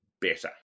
better